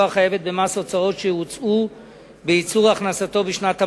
החייבת במס הוצאות שהוצאו בייצור הכנסתו בשנת המס.